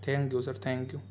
thank you sir thank you